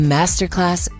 Masterclass